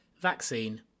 Vaccine